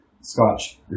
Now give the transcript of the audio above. scotch